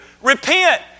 Repent